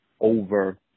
over